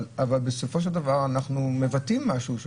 אבל בסופו של דבר אנחנו מבטאים משהו,